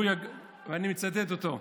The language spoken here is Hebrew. אני מצטט אותו: